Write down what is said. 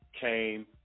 came